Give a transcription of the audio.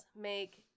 make